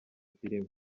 filime